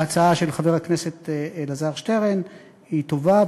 ההצעה של חבר הכנסת אלעזר שטרן היא טובה,